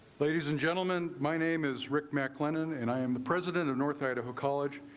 ladies and gentlemen, my name is rick mclennan and i am the president of northside of a college.